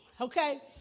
Okay